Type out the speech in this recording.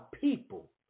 people